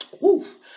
Woof